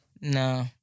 no